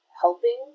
helping